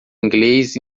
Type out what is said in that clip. inglês